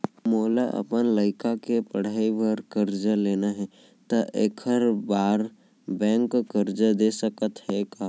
मोला अपन लइका के पढ़ई बर करजा लेना हे, त एखर बार बैंक करजा दे सकत हे का?